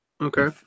Okay